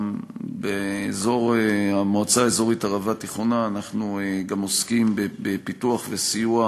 באזור המועצה האזורית ערבה תיכונה אנחנו גם עוסקים בפיתוח וסיוע